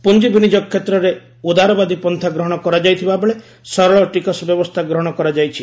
ପୁଞ୍ଜି ବିନିଯୋଗ କ୍ଷେତ୍ରରେ ଉଦାରବାଦୀ ପନ୍ଥା ଗ୍ରହଣ କରାଯାଇଥିବାବେଳେ ସରଳ ଟିକସ ବ୍ୟବସ୍ଥା ଗ୍ରହଣ କରାଯାଇଛି